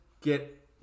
get